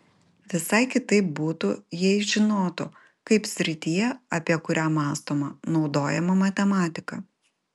visai kitaip būtų jei žinotų kaip srityje apie kurią mąstoma naudojama matematika